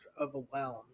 overwhelmed